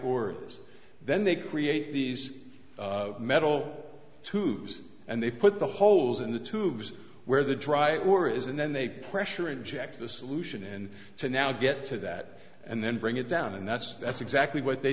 are then they create these metal tubes and they put the holes in the tubes where the dry or is and then they pressure inject the solution in to now get to that and then bring it down and that's that's exactly what they